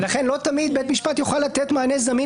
ולכן לא תמיד בית משפט יוכל לתת מענה זמין